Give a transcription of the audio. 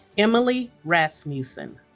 emily rasmussen